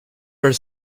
her